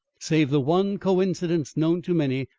save the one coincidence known to many,